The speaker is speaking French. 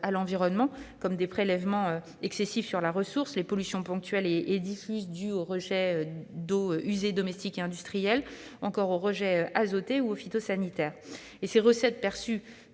à l'environnement- prélèvements excessifs sur la ressource ; pollutions ponctuelles et diffuses dues aux rejets d'eaux usées domestiques et industrielles, ou encore aux rejets azotés ou phytosanitaires. Ces recettes permettent